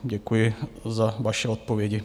Děkuji za vaše odpovědi.